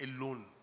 alone